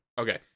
Okay